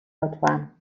لطفا